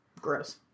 gross